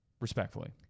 Respectfully